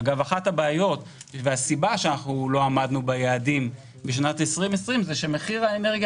אחת הבעיות והסיבה שלא עמדנו ביעדים בשנת 2020 היא שמחיר האנרגיה